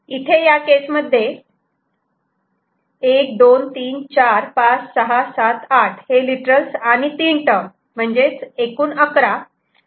इथे हे या केसमध्ये 1 2 3 4 5 6 7 8 हे लिटरल आणि 3 टर्म म्हणजेच एकूण 11